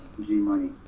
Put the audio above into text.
G-Money